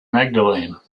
magdalene